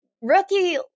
rookie